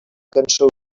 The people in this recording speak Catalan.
cançó